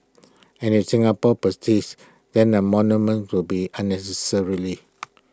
and if Singapore persists then A monument will be unnecessary